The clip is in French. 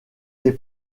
les